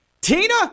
Tina